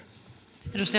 arvoisa